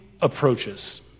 approaches